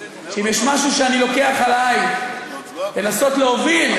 שאם יש משהו שאני לוקח עלי לנסות להוביל,